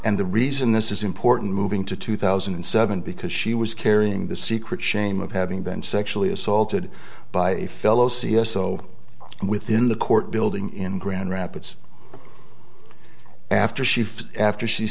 and the reason this is important moving to two thousand and seven because she was carrying the secret shame of having been sexually assaulted by a fellow c s o within the court building in grand rapids after shift after she